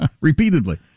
Repeatedly